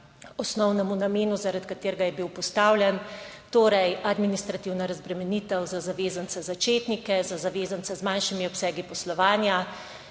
osnovnemu namenu, zaradi katerega je bil postavljen, torej administrativna razbremenitev za zavezance začetnike, za zavezance z manjšimi obsegi poslovanja,